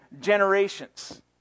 generations